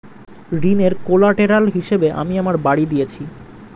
ঋনের কোল্যাটেরাল হিসেবে আমি আমার বাড়ি দিয়েছি